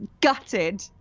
gutted